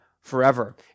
forever